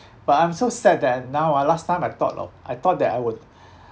but I'm so sad that now ah last time I thought of I thought that I would